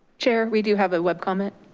chair, we do have a web comment.